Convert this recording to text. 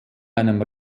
einem